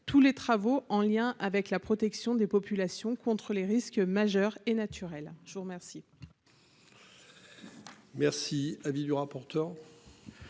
tous les travaux en lien avec la protection des populations contre les risques majeurs et naturel. Je vous remercie.